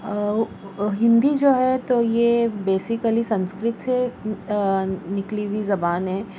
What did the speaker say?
ہندی جو ہے تو یہ بیسکلی سنسکرت سے نکلی ہوئی زبان ہے